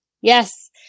Yes